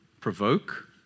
provoke